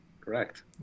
Correct